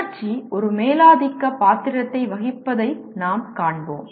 உணர்ச்சி ஒரு மேலாதிக்க பாத்திரத்தை வகிப்பதை நாம் காண்போம்